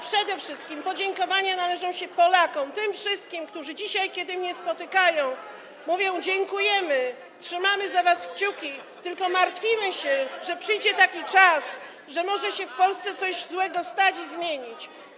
Przede wszystkim jednak podziękowania należą się Polakom, tym wszystkim, którzy dzisiaj, kiedy mnie spotykają, mówią: Dziękujemy, trzymamy za was kciuki, tylko martwimy się, że przyjdzie taki czas, że może się w Polsce coś złego stać i zmienić.